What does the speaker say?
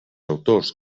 autors